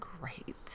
great